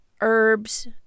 herbs